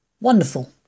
Wonderful